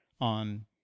on